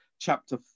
chapter